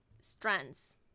strands